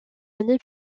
année